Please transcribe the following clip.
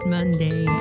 Monday